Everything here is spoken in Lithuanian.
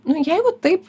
nu jeigu taip